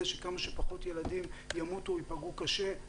שכמה שפחות ילדים ימותו או ייפגעו קשה,